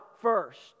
first